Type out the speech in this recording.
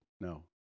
no